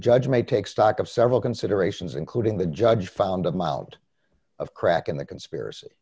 judge may take stock of several considerations including the judge found amount of crack in the conspiracy